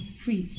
free